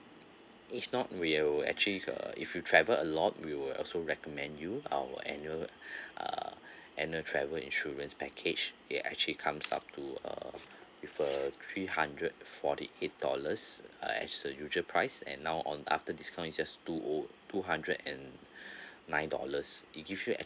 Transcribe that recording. if not we will actually err if you travel a lot we will also recommend you our annual err annual travel insurance package it actually comes up to err with uh three hundred forty eight dollars ah as the usual price and now on after discount is just two O two hundred and nine dollars it gives you actu~